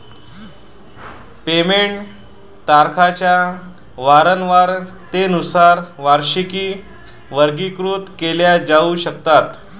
payment तारखांच्या वारंवारतेनुसार वार्षिकी वर्गीकृत केल्या जाऊ शकतात